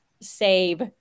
save